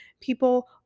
People